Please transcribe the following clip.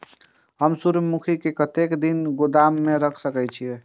हम सूर्यमुखी के कतेक दिन गोदाम में रख सके छिए?